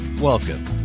Welcome